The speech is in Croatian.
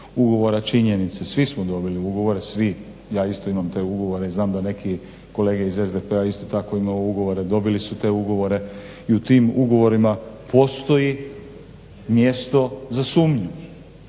ugovora činjenice. Svi smo dobili ugovore, svi, ja isto imam te ugovore i znam da neke kolege iz SDP-a isto tako imaju ugovore, dobili su te ugovore i u tim ugovorima postoji mjesto za sumnju.